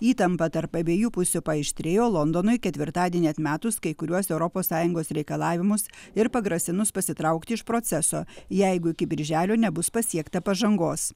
įtampa tarp abiejų pusių paaštrėjo londonui ketvirtadienį atmetus kai kuriuos europos sąjungos reikalavimus ir pagrasinus pasitraukti iš proceso jeigu iki birželio nebus pasiekta pažangos